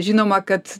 žinoma kad